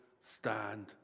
stand